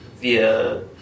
via